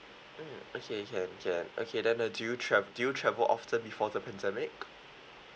mm okay can can okay then uh do you trav~ do you travel often before the pandemic